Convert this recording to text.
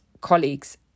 colleagues